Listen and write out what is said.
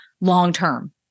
long-term